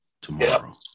tomorrow